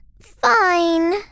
Fine